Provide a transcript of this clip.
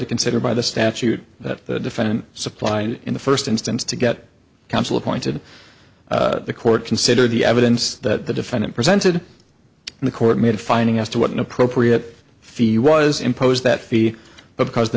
to consider by the statute that the defendant supplied in the first instance to get counsel appointed the court consider the evidence that the defendant presented in the court made a finding as to what an appropriate fee was imposed that fee but because the